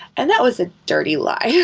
and that was a dirty lie.